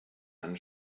eine